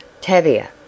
Tavia